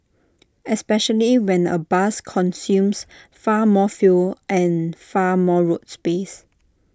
especially when A bus consumes far more fuel and far more road space